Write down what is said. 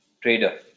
trader